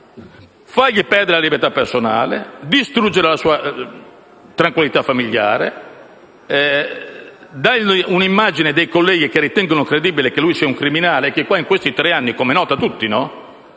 fargli perdere la libertà personale, distruggergli la tranquillità familiare e dare un'immagine dei colleghi che ritengono credibile che egli sia un criminale. In questi tre anni - è noto a tutti, no?